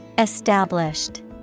Established